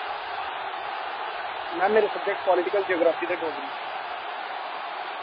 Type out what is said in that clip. ma'am मेरे subject political geography ते डोगरी